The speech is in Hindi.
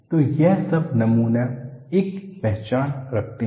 तो यह सब नमूने एक पहचान रखते हैं